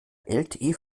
lte